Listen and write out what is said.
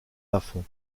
laffont